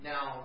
Now